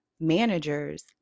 managers